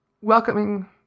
welcoming